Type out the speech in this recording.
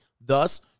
Thus